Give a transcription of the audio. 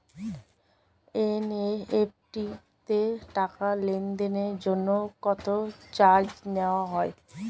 NEFT তে টাকা লেনদেনের জন্য কত চার্জ নেয়া হয়?